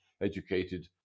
educated